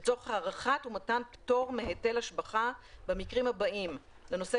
לצורך הארכת ומתן פטור מהיטל השבחה במקרים הבאים: לנושא